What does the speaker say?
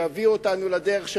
שיביאו אותנו לדרך שלנו.